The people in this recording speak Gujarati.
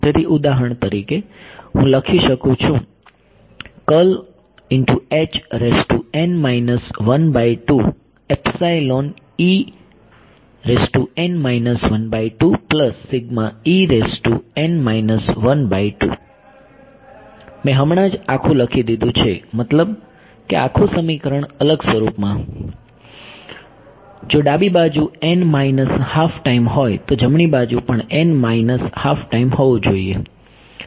તેથી ઉદાહરણ તરીકે હું લખી શકું છું મેં હમણાં જ આખું લખી દીધું છે મતલબ કે આખું સમીકરણ અલગ સ્વરૂપમાં જો ડાબી બાજુ n માઈનસ હાફ ટાઈમ હોય તો જમણી બાજુ પણ n માઈનસ હાફ ટાઈમ હોવું જોઈએ